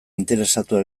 interesatua